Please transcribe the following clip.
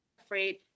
afraid